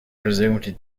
presumed